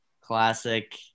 classic